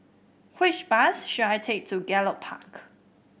which bus should I take to Gallop Park